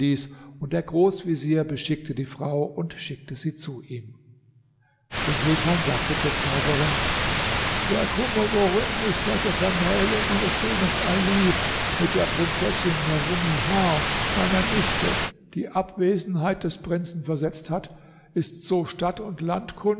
und der großvezier beschickte die frau und schickte sie zu ihm der sultan sagte zur zauberin der kummer worin mich seit der vermählung meines sohnes ali mit der prinzessin nurunnihar meiner nichte die abwesenheit des prinzen versetzt hat ist so stadt und